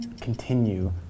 continue